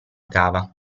cava